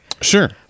Sure